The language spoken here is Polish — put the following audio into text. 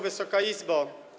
Wysoka Izbo!